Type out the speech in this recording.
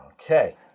Okay